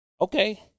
Okay